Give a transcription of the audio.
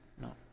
No